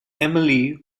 emily